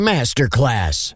Masterclass